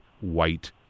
white